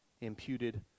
imputed